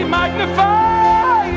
magnify